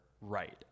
right